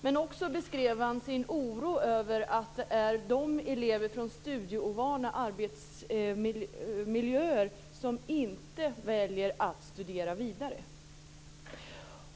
Men han beskrev också sin oro över att det är elever från studieovana arbetarmiljöer som inte väljer att studera vidare.